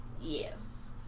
Yes